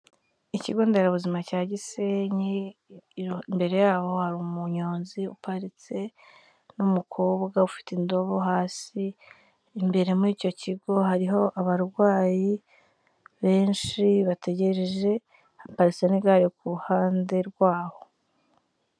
Ikigo nderabuzima cya Gisenyi, imbere yaho hari umunyonzi uparitse n'umukobwa ufite indobo hasi, imbere muri icyo kigo hariho abarwayi benshi bategereje, haparitse n'igare ku ruhande rwaho.